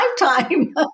lifetime